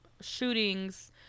shootings